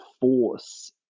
force